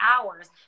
hours